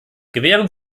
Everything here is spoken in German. gewähren